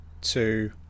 two